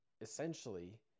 essentially